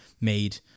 made